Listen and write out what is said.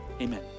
amen